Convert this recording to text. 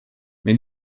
mais